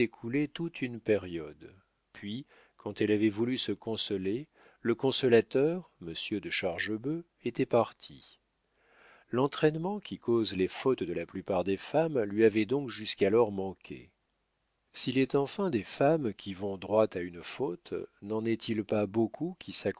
toute une période puis quand elle avait voulu se consoler le consolateur monsieur de chargebœuf était parti l'entraînement qui cause les fautes de la plupart des femmes lui avait donc jusqu'alors manqué s'il est enfin des femmes qui vont droit à une faute n'en est-il pas beaucoup qui